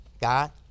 God